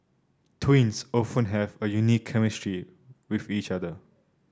twins often have a unique chemistry with each other